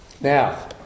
Now